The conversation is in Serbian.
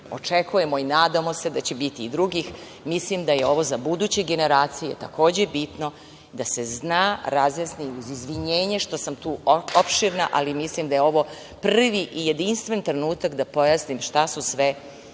očekujemo i nadamo se da će biti i drugih, mislim da je ovo za buduće generacije takođe bitno, da se zna, razjasni, uz izvinjenje što sam tu opširna, ali mislim da je ovo prvi i jedinstven trenutak da pojasnim šta su sve